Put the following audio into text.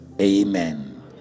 amen